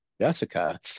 Jessica